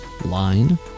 line